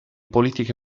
politiche